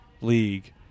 League